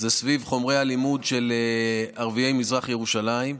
סביבו הוא חומרי הלימוד של ערביי מזרח ירושלים,